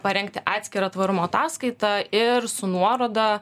parengti atskirą tvarumo ataskaitą ir su nuoroda